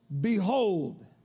Behold